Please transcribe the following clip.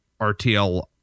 rtl